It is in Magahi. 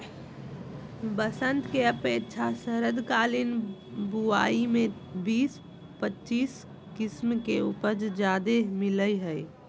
बसंत के अपेक्षा शरदकालीन बुवाई में बीस पच्चीस किस्म के उपज ज्यादे मिलय हइ